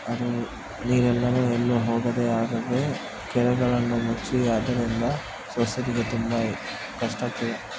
ಅದು ನೀರೆಲ್ಲವು ಎಲ್ಲೂ ಹೋಗದೇ ಆಗದೇ ಕೆರೆಗಳನ್ನು ಮುಚ್ಚಿ ಅದರಿಂದ ಸೊಸೈಟಿಗೆ ತುಂಬ ಕಷ್ಟಕ್ಕೆ